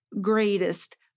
greatest